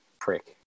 prick